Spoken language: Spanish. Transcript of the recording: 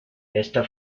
esta